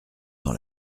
dans